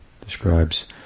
describes